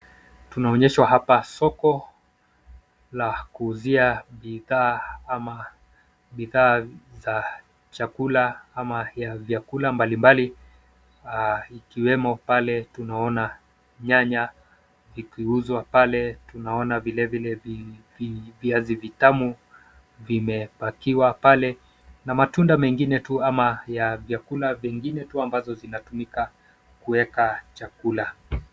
Tunaonyeshwa hapa soko la kuuzia bidhaa ama bidhaa za chakula ama ya vyakula mbalimbali ikiwemo pale tunaona nyanya vikiuzwa pale, tunaona vilevile viazi vitamu vimepakiwa pale na matunda mengine tu ama ya vyakula vingine tu ambazo zinatumika kuweka chakula.